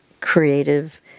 creative